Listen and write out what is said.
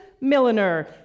milliner